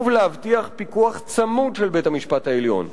להבטיח פיקוח צמוד של בית-המשפט העליון.